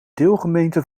deelgemeente